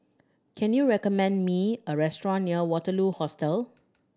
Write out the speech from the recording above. can you recommend me a restaurant near Waterloo Hostel